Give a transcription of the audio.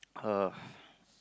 uh